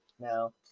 No